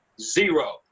zero